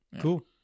Cool